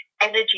energy